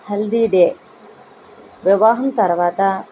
haldi day వివాహం తర్వాత